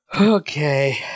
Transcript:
Okay